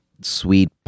sweet